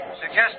suggest